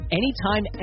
anytime